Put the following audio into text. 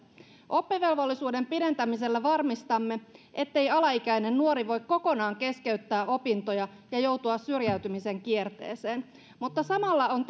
oppivelvollisuuden pidentämisellä varmistamme ettei alaikäinen nuori voi kokonaan keskeyttää opintoja ja joutua syrjäytymisen kierteeseen mutta samalla on